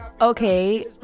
okay